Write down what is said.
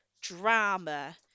drama